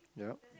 yup